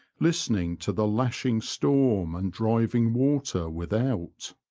listening to the lashing storm and driving water without.